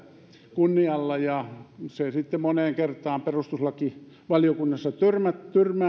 kunnialla ja se sitten moneen kertaan perustuslakivaliokunnassa tyrmääntyikin ja lopputulos on